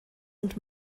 und